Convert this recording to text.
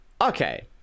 okay